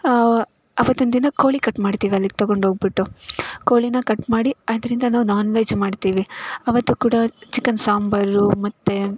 ಆವ ಆವತ್ತಿನ ದಿನ ಕೋಳಿ ಕಟ್ ಮಾಡ್ತೀವಿ ಅಲ್ಲಿಗೆ ತಗೊಂಡ್ಹೋಗಿಬಿಟ್ಟು ಕೋಳಿನ ಕಟ್ ಮಾಡಿ ಅದರಿಂದಲೂ ನಾನ್ ವೆಜ್ ಮಾಡ್ತೀವಿ ಅವತ್ತು ಕೂಡ ಚಿಕನ್ ಸಾಂಬಾರು ಮತ್ತು